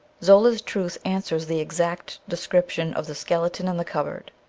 zola's truth answers the exact description of the skeleton in the cupboard